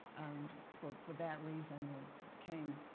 but for that reason became